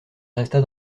resta